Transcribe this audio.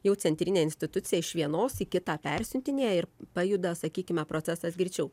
jau centrinė institucija iš vienos į kitą persiuntinėja ir pajuda sakykime procesas greičiau